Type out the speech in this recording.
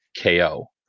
KO